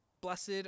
blessed